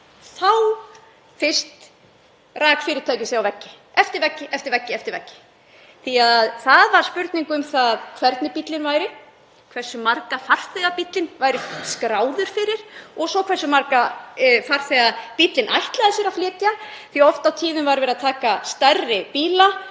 Þá fyrst rak fyrirtækið sig á vegg eftir vegg. Það var spurning um það hvernig bíllinn væri, hversu marga farþega bíllinn væri skráður fyrir og svo hversu marga farþega bíllinn ætlaði sér að flytja, því að oft og tíðum var verið að taka stærri bíla